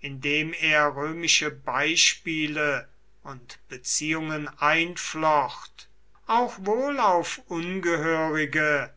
indem er römische beispiele und beziehungen einflocht auch wohl auf ungehörige